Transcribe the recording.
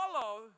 follow